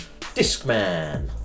Discman